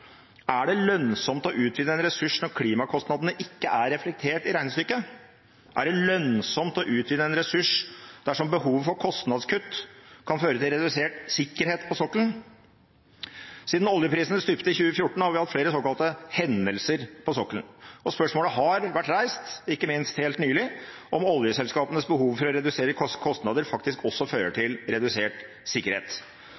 Er det lønnsomt å utvide en ressurs når klimakostnadene ikke er reflektert i regnestykket? Er det lønnsomt å utvide en ressurs dersom behovet for kostnadskutt kan føre til redusert sikkerhet på sokkelen? Siden oljeprisene stupte i 2014, har vi hatt flere såkalte hendelser på sokkelen, og spørsmålet har vært reist – ikke minst helt nylig – om oljeselskapenes behov for å redusere kostnader faktisk også fører